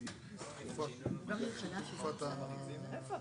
מי נמנע?